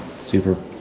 super